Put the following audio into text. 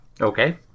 Okay